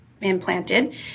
implanted